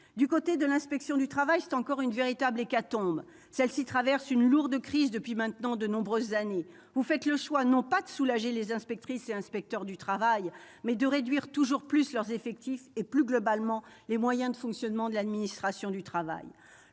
Du côté de l'inspection du travail, c'est encore une véritable hécatombe ! Cette inspection traverse une lourde crise depuis maintenant de nombreuses années. Vous faites le choix non pas de soulager les inspectrices et inspecteurs du travail, mais de réduire toujours plus leurs effectifs et, plus globalement, les moyens de fonctionnement de l'administration du travail.